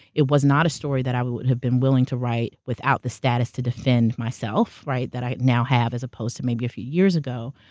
it was not a story that i would would have been willing to write without the status to defend myself, right, that i now have as opposed to maybe a few years ago.